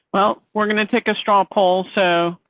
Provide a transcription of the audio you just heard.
well, we're going to take a straw poll, so.